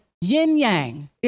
yin-yang